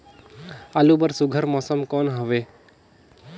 आलू बर सुघ्घर मौसम कौन हवे?